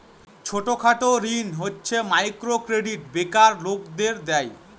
ছোট খাটো ঋণ হচ্ছে মাইক্রো ক্রেডিট বেকার লোকদের দেয়